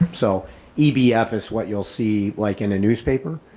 so ebf is what you'll see like in a newspaper,